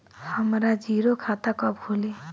हमरा जीरो खाता कब खुली?